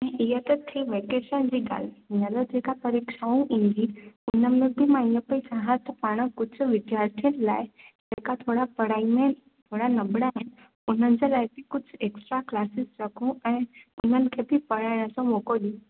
इ ईअ त थी वेकेशन जी ॻाल्हि हीअंर जेका परीक्षाऊं ईंदी उनमें बि मां ईअं पई चाहियां त पाण कुछ विद्यार्थीनि लाइ जेका थोरा पढ़ाई में थोरा नबड़ा आहिनि उन्हनि जे लाइ बि कुझु एक्स्ट्रा क्लासिस रखूं ऐं उन्हनि खे बि पढ़ाइण जो मौको ॾियूं